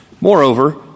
Moreover